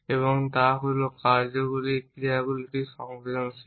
এবং তা হল কারণ ক্রিয়াগুলি একটি সংবেদনশীল